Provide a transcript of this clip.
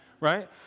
right